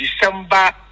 December